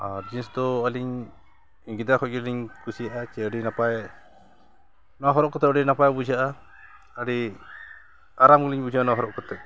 ᱟᱨ ᱡᱤᱱᱤᱥ ᱫᱚ ᱟᱹᱞᱤᱧ ᱜᱤᱫᱟᱹᱨ ᱠᱷᱚᱱ ᱜᱤᱞᱤᱧ ᱠᱩᱥᱤᱭᱟᱜᱼᱟ ᱡᱮ ᱟᱹᱰᱤ ᱱᱟᱯᱟᱭ ᱱᱚᱣᱟ ᱦᱚᱨᱚᱜ ᱠᱟᱛᱮᱫ ᱟᱹᱰᱤ ᱱᱟᱯᱟᱭ ᱵᱩᱡᱷᱟᱹᱜᱼᱟ ᱟᱹᱰᱤ ᱟᱨᱟᱢ ᱜᱮᱞᱤᱧ ᱵᱩᱡᱷᱟᱹᱣᱟ ᱱᱚᱣᱟ ᱦᱚᱨᱚᱜ ᱠᱟᱛᱮᱫ